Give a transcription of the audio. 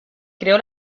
creó